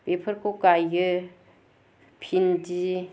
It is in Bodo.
बेफोरखौ गायो भिन्दि